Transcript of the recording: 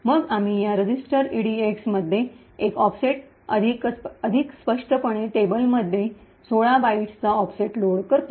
मग आम्ही या रजिस्टर ईडीएक्स मध्ये एक ऑफसेट अधिक स्पष्टपणे टेबलमधील 16 बाइट्स चा ऑफसेट लोड करतो